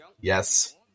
Yes